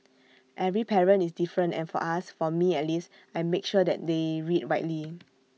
every parent is different and for us for me at least I make sure that they read widely